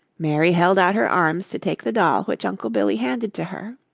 mary held out her arms to take the doll which uncle billy handed to her.